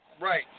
right